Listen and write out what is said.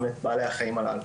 גם את בעלי החיים הללו.